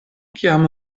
kiam